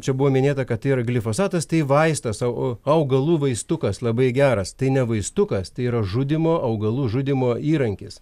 čia buvo minėta kad tai yra glifosatas tai vaistas au augalų vaistukas labai geras tai ne vaistukas tai yra žudymo augalų žudymo įrankis